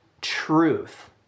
truth